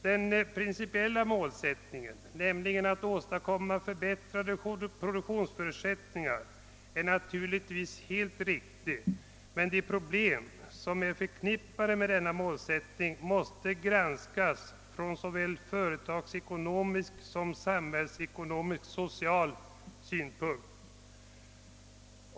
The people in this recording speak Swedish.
Den principiella målsättningen, nämligen att åstadkomma förbättrade produktionsförutsättningar, är naturligtvis helt riktig, men de problem som är förknippade med denna målsättning måste granskas från såväl företagsekonomisk som samhällsekonomisk-social synpunkt.